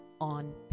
on